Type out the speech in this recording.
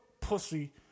pussy